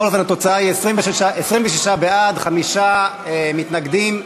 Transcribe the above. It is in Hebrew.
בעד, 26. בעד או נגד?